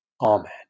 Amen